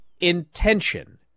intention